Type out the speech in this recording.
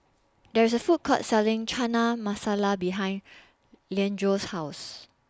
There IS A Food Court Selling Chana Masala behind Leandro's House